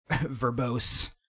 verbose